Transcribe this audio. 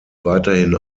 weiterhin